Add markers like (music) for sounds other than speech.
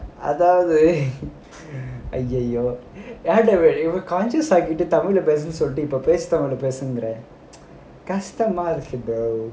அதாவது:athaavathu !aiyiyo! (laughs) tamil leh பேசுனு சொல்லிட்டு பேச்சு:pesunu sollitu pechu leh பேசணும்கிற கஷ்டமா இருக்கு:pesanumgira kashtamaa irukku brother